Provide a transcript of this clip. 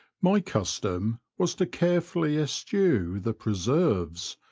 my custom was to carefully eschew the preserves,